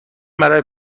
برای